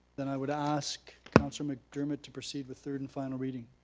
then i would ask councillor mcdermott to proceed with third and final reading.